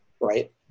right